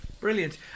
Brilliant